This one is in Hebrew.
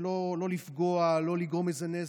שלא לפגוע, לא לגרום איזה נזק,